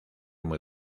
muy